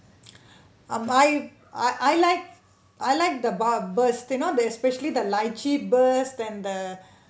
am I I I like I I like the bubble burst you know this especially the lychee burst and the